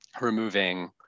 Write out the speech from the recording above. removing